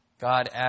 God